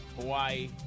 Hawaii